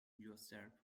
yourself